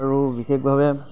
আৰু বিশেষভাৱে